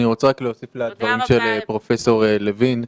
אני רק רוצה להוסיף לדברי פרופ' לוין.